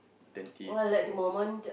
just give for